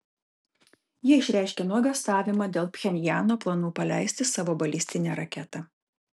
jie išreiškė nuogąstavimą dėl pchenjano planų paleisti savo balistinę raketą